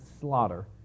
slaughter